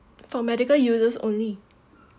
for medical uses only